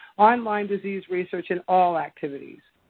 online disease research in all activities.